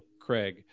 Craig